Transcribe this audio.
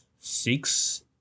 six